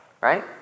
right